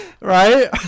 right